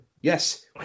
Yes